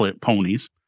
ponies